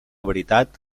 veritat